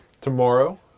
tomorrow